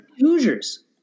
Hoosiers